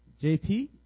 JP